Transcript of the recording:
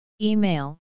Email